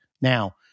now